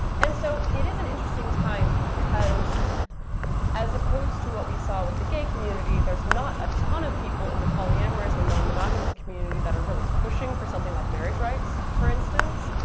and so it is an interesting time because as opposed to what we saw with the gay community, there's not a ton of people in the polyamorous, or non-monogamous, community that are really pushing for something like marriage rights, for instance.